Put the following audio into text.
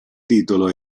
titolo